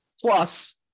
Plus